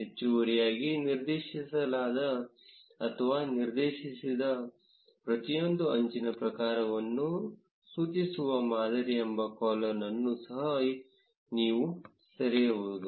ಹೆಚ್ಚುವರಿಯಾಗಿ ನಿರ್ದೇಶಿಸಲಾದ ಅಥವಾ ನಿರ್ದೇಶಿಸದ ಪ್ರತಿಯೊಂದು ಅಂಚಿನ ಪ್ರಕಾರವನ್ನು ಸೂಚಿಸುವ ಮಾದರಿ ಎಂಬ ಕಾಲಮ್ ಅನ್ನು ಸಹ ನೀವು ಸೇರಿಸಬಹುದು